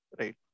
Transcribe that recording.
Right